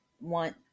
want